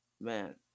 man